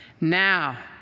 now